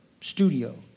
studio